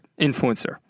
influencer